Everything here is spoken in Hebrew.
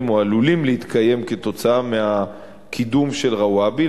או עלולים להתקיים כתוצאה מהקידום של רוואבי.